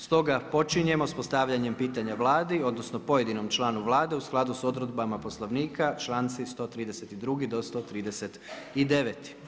Stoga, počinjemo s postavljanjem pitanja Vladi, odnosno, pojedinom članu Vlade, u skladu s odredbama poslovnika čl.132.-139.